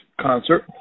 concert